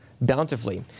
bountifully